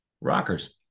rockers